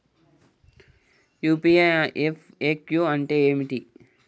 UPI FAQ అంటే ఏమిటి?